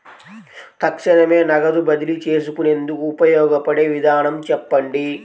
తక్షణమే నగదు బదిలీ చేసుకునేందుకు ఉపయోగపడే విధానము చెప్పండి?